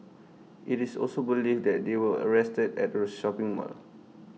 IT is also believed that they were arrested at A shopping mall